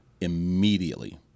immediately